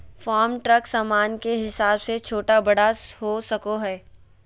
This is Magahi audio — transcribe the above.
फार्म ट्रक सामान के हिसाब से छोटा बड़ा हो सको हय